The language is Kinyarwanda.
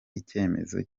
icyemezo